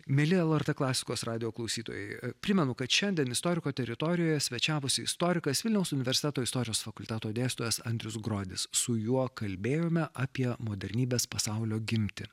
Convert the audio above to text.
mieli lrt klasikos radijo klausytojai primenu kad šiandien istoriko teritorijoje svečiavosi istorikas vilniaus universiteto istorijos fakulteto dėstytojas andrius grodis su juo kalbėjome apie modernybės pasaulio gimtį